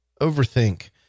Overthink